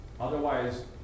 Otherwise